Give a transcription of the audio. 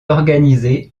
organisé